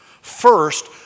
First